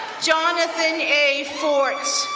jonathan a. forts,